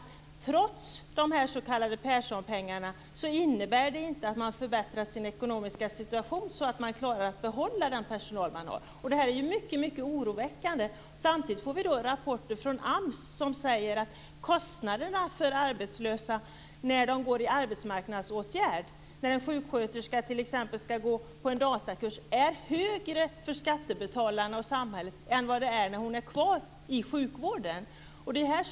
Trots de s.k. Perssonpengarna förbättras inte kommunernas ekonomiska situation så att de klarar att behålla sin personal. Detta är mycket oroväckande. Samtidigt får vi rapporter som visar att kostnaderna för arbetslösa i arbetsmarknadsåtgärder, t.ex. en sjuksköterska som går på datakurs, är högre för skattebetalarna och samhället än om sköterskan vore kvar i sjukvården.